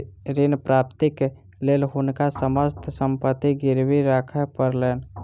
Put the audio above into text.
ऋण प्राप्तिक लेल हुनका समस्त संपत्ति गिरवी राखय पड़लैन